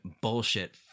bullshit